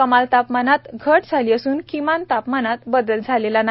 कमाल तापमानात घाट झाली असूनकिमान तापमानात बदल झाला नाही